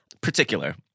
particular